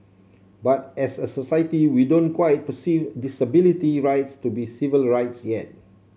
but as a society we don't quite perceive disability rights to be civil rights yet